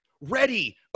ready